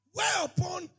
Whereupon